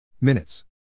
Minutes